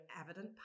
evident